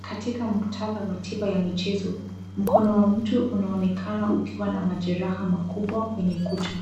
Katika muktadha wa tiba ya michezo, mkono wa mtu unaonekana ukiwa na majeraha makubwa kwenye kucha.